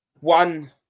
One